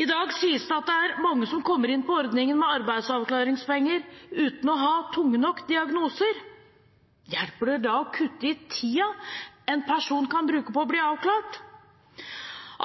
I dag sies det at det er mange som kommer inn på ordningen med arbeidsavklaringspenger uten å ha tunge nok diagnoser. Hjelper det da å kutte i tiden en person kan bruke på å bli avklart?